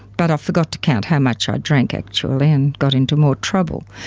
but i forgot to count how much i drank actually and got into more trouble.